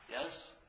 Yes